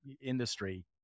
industry